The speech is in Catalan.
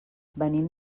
venim